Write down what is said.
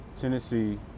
tennessee